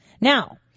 Now